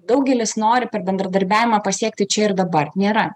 daugelis nori per bendradarbiavimą pasiekti čia ir dabar nėra